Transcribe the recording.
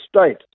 state